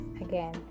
again